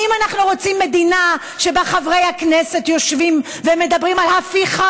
האם אנחנו רוצים מדינה שבה חברי הכנסת יושבים ומדברים על הפיכה